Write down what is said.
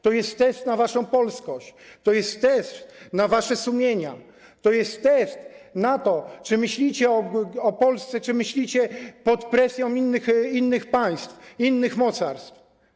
To jest test na waszą polskość, to jest test na wasze sumienia, to jest test na to, czy myślicie o Polsce, czy myślicie pod presją innych państw, innych mocarstw.